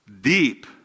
deep